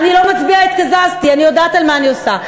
אני לא מצביעה, התקזזתי, אני יודעת מה אני עושה.